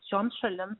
šiom šalim